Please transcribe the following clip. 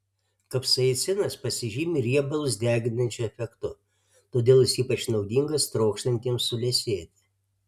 kapsaicinas pasižymi riebalus deginančiu efektu todėl jis ypač naudingas trokštantiems suliesėti